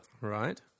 Right